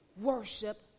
worship